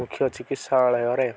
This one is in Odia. ମୁଖ୍ୟ ଚିକିତ୍ସାଳୟରେ